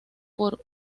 por